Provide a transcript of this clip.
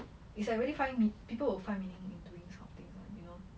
it's like really find me~ people will find meaning in doing something lah you know